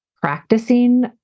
practicing